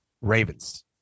Ravens